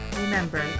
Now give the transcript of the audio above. remember